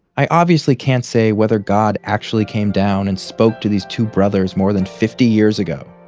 i obviously can't say whether god actually came down and spoke to these two brothers more than fifty years ago.